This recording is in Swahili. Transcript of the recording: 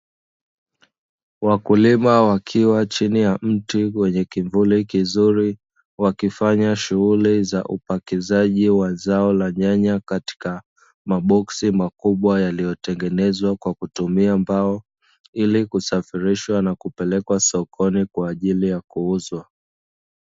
Wakulima wakiwa chini ya mti wenye kivuli kizuri wakifanya shughuli za upakizaji wa zao la nyanya katika maboksi makubwa yaliyotengenezwa kwa kutumia mbao, ili kusafirishwa na kupelekwa sokoni kwa ajili ya kuuzwa.